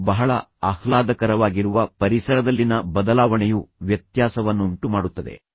ಅದು ಬಹಳ ಆಹ್ಲಾದಕರವಾಗಿರುವ ಪರಿಸರದಲ್ಲಿನ ಬದಲಾವಣೆಯು ವ್ಯತ್ಯಾಸವನ್ನುಂಟು ಮಾಡುತ್ತದೆ